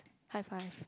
high five